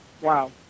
wow